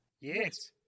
Yes